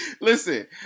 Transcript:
Listen